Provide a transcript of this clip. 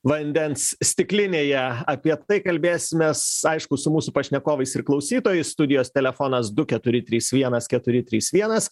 vandens stiklinėje apie tai kalbėsimės aišku su mūsų pašnekovais ir klausytojais studijos telefonas du keturi trys vienas keturi trys vienas